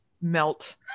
melt